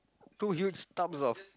two huge tubs of